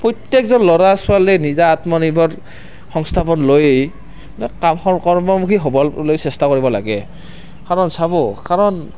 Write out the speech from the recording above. প্ৰত্যেকজন ল'ৰা ছোৱালীয়ে নিজা আত্মনিৰ্ভৰ সংস্থাপন লৈ কৰ্মমুখী হ'বলৈ চেষ্টা কৰিব লাগে কাৰণ চাব কাৰণ